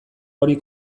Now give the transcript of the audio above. hori